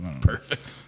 Perfect